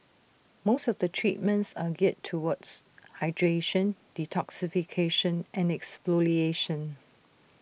most of the treatments are geared towards hydration detoxification and exfoliation